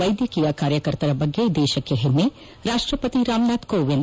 ವೈದ್ಯಕೀಯ ಕಾರ್ಯಕರ್ತರ ಬಗ್ಗೆ ದೇಶಕ್ಕೆ ಹೆಮ್ಮೆ ರಾಷ್ಟಪತಿ ರಾಮನಾಥ್ ಕೋವಿಂದ್